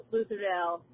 Lutherdale